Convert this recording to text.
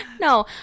No